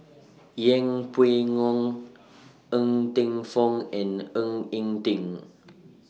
Yeng Pway Ngon Ng Teng Fong and Ng Eng Teng